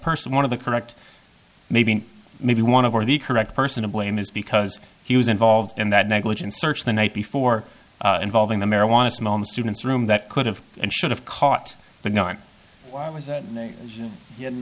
person one of the correct maybe maybe one of or the correct person to blame is because he was involved in that negligence search the night before involving the marijuana smallman students room that could have and should have caught but not